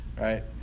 right